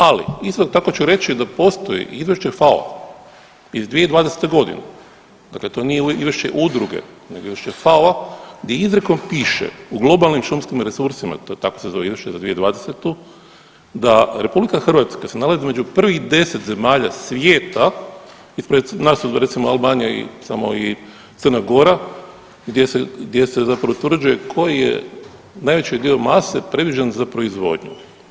Ali isto tako ću reći da postoji izvješće FAO iz 2020.g., dakle to nije izvješće udruge nego izvješće FAO-a gdje izrijekom piše „ U globalnim šumskim resursima“, tako se zove izvješće za 2020. da RH se nalazi među prvih 10 zemalja svijeta, ispred nas su recimo Albanija samo i Crna Gora gdje se, gdje se zapravo utvrđuje koji je najveći dio mase predviđen za proizvodnju.